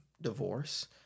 divorce